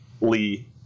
Lee